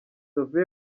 sophia